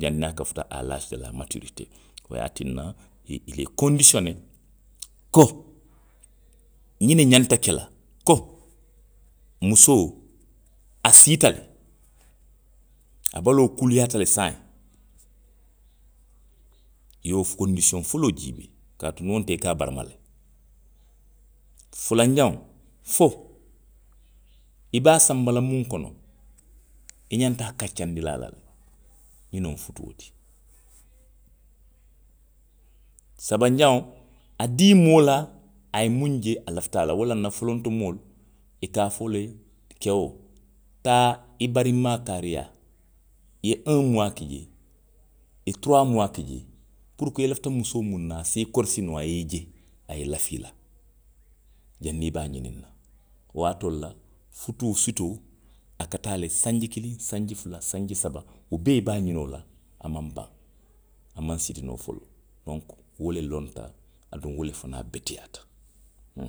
janniŋ a ka futa a laasi do la matiritee, wo ye a tinna i, ilee kondisiyonee ko ňiŋ ne ňanta ke la, ko musoo, a siita le. a balookuliyaata le saayiŋ. I ye wo kondisiyoŋ foloo jiibee, kaatu niŋ wonteŋ, i ka a barama le. Fulanjaŋo, fo i be a sanba la muŋ kono. i xanta a kaccaandi la a la le.ňiŋ noŋ futuo ti. Sabanjaŋo, a dii moo la, a ye muŋ je, a lafita a la. Wolaŋ na foloto moolu. i ka a fo le keo, taa i barinmaa kaarii yaa. I ye oŋ muwaa ki jee. I ye turuwaa muwaa ki jee. puruko i lafita musoo muŋ na, a se i korosi noo, a ye i je, a ye lafi i la, janniŋ i be a ňiniŋ na. Wo waatoolu la futuu sitoo a ka taa le sanji kiliŋ, sanji fula, sanji saba, wo bee i be a ňiniŋo la, a maŋ baŋ, a maŋ sitinoo foloo. Donku, wo lonta, aduŋ wo le fanaŋ beteyaata, huŋ